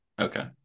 Okay